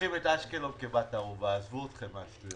וניהלתי את העורף הצבאי והאזרחי באגודת עזה.